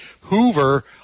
Hoover